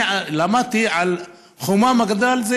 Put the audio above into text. אני למדתי על חומה ומגדל,